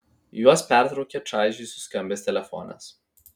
juos pertraukė čaižiai suskambęs telefonas